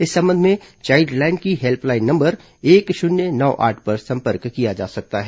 इस संबंध में चाइल्ड लाइन की हेल्पलाइन नंबर एक शून्य नौ आठ पर संपर्क किया जा सकता है